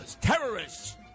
terrorists